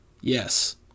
yes